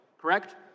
correct